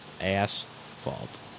Asphalt